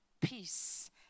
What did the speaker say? peace